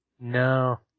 No